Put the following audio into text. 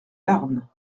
larn